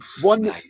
one